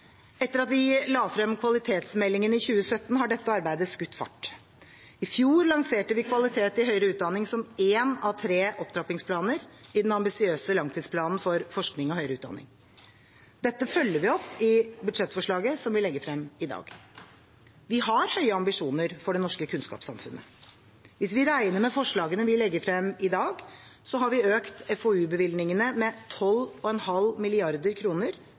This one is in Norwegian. Etter at vi la frem kvalitetsmeldingen i 2017, har dette arbeidet skutt fart. I fjor lanserte vi kvalitet i høyere utdanning som én av tre opptrappingsplaner i den ambisiøse langtidsplanen for forskning og høyere utdanning. Dette følger vi opp i budsjettforslaget som vi legger frem i dag. Vi har høye ambisjoner for det norske kunnskapssamfunnet. Hvis vi regner med forslagene vi legger frem i dag, har vi økt FoU-bevilgningene med 12,5